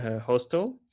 hostel